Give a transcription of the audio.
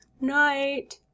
Night